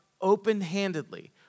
open-handedly